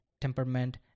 temperament